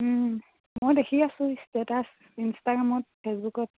মইও দেখি আছোঁ ষ্টেটাছ ইনষ্টাগ্ৰামত ফেচবুকত